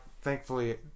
thankfully